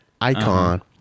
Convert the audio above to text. icon